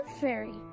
fairy